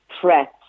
threats